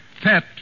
Pet